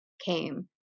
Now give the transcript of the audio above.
came